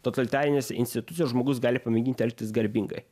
totalitarinėse institucijose žmogus gali pamėginti elgtis garbingai